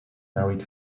married